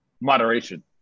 moderation